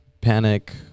panic